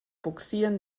bugsieren